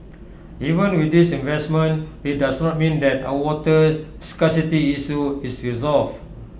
even with these investments IT does not mean that our water scarcity issue is resolved